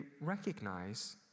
recognize